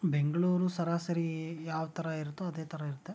ಬೆಂಗಳೂರು ಸರಾಸರಿ ಯಾವ ಥರ ಇರುತ್ತೋ ಅದೇ ಥರ ಇರುತ್ತೆ